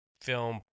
film